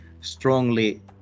strongly